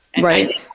Right